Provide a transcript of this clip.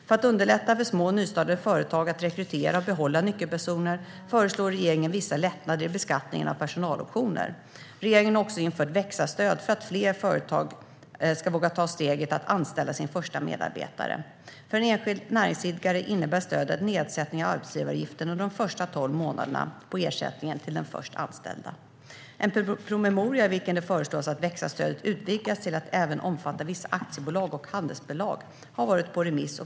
För att underlätta för små, nystartade företag att rekrytera och behålla nyckelpersoner föreslår regeringen vissa lättnader i beskattningen av personaloptioner. Regeringen har också infört växa-stödet för att fler företag ska våga ta steget att anställa sin första medarbetare. För en enskild näringsidkare innebär stödet en nedsättning av arbetsgivaravgifterna under de första tolv månaderna till den först anställda. En promemoria i vilken det föreslås att växa-stödet utvidgas till att även omfatta vissa aktiebolag och handelsbolag har varit på remiss.